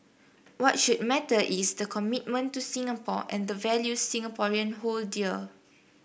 what should matter is the commitment to Singapore and the values Singaporean hold dear